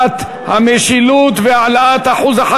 עברה בקריאה טרומית ותועבר להכנתה לקריאה ראשונה בוועדת החינוך,